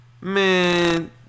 Man